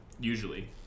Usually